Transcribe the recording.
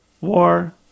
War